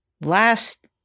last